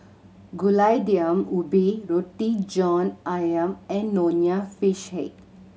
Gulai Daun Ubi Roti John Ayam and Nonya Fish Head